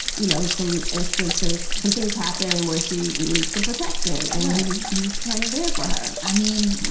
you know, some instances, some things happen where she needs some protection. and he's he's kind of there for her i mean,